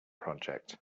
project